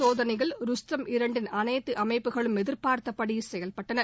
சோதனையில் ருஸ்தம் இரண்டின் அனைத்து அமைப்புகளும் எதிர்பார்த்தபடி இந்த செயல்பட்டன